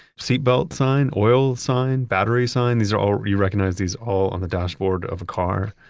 seatbelt sign, oil sign, battery sign. these are all, you recognize these all on the dashboard of a car.